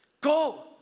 go